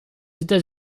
états